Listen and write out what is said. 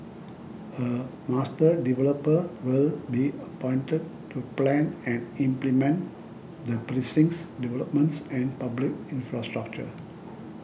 a master developer will be appointed to plan and implement the precinct's developments and public infrastructure